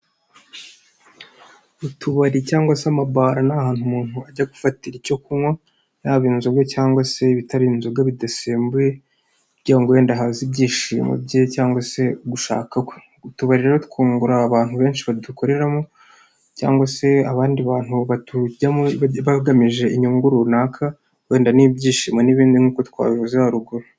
Utubari cyangwa se amabara nta hantu umuntu ajya gufatira icyo kunywa yaba inzoga cyangwa se ibitari inzoga bidasembuye byonda ngo wenda haza ibyishimo bye cyangwa se gushaka kwe, utubarira twungura abantu benshi badukoreramo cyangwa se abandi bantu batujyamo bagamije inyungu runaka wenda n'ibyishimo n'ibindi nkuko twabivuze haruguru.